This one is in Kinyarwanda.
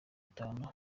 itanu